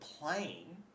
playing